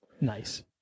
Nice